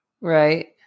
Right